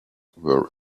were